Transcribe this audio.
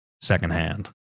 secondhand